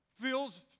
feels